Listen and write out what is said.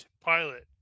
pilot